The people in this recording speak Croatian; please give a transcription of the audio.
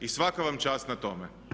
I svaka vam čast na tome.